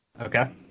Okay